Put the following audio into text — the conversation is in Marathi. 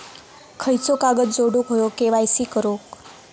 खयचो कागद जोडुक होयो के.वाय.सी करूक?